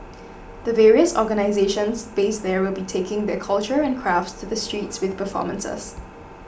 the various organisations based there will be taking their culture and crafts to the streets with performances